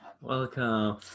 welcome